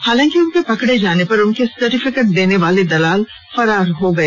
हालांकि उनके पकड़े जाने पर उन्हें सर्टिफिकेट देने वाले दलाल फरार हो गए